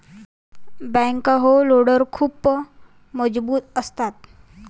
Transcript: backhoe loader खूप मजबूत असतात